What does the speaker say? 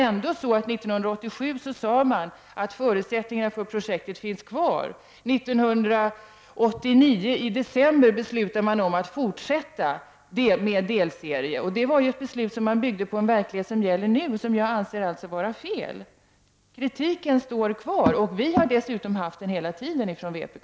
Men 1987 sade man ändå att förutsättningarna för projektet fanns kvar, och i december 1989 beslutade man att fortsätta med en delserie. Det var ju ett beslut som man byggde på en verklighet som gäller nu — och ett beslut som jag alltså anser vara felaktigt. Kritiken står kvar, och vi har dessutom framfört den hela tiden från vpk.